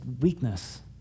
weakness